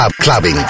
clubbing